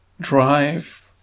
drive